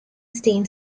steam